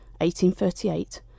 1838